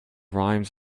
rhymes